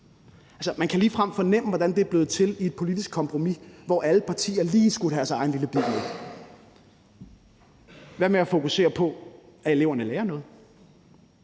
Man kan ligefrem fornemme, hvordan det er blevet til i et politisk kompromis, hvor alle partier lige skulle have deres egen lille bid med. Hvad med at fokusere på, at eleverne lærer noget?